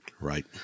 Right